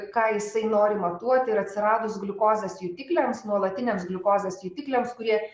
ką jisai nori matuoti ir atsiradus gliukozės jutikliams nuolatiniams gliukozės jutikliams kurie